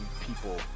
people